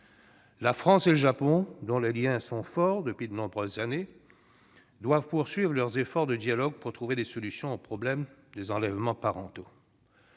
La France et le Japon, dont les liens sont forts depuis de nombreuses années, doivent poursuivre leurs efforts de dialogue pour trouver des solutions aux problèmes des enlèvements parentaux.